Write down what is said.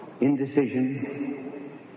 indecision